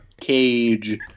cage